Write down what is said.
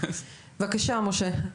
בבקשה משה,